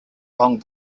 long